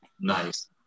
Nice